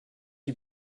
die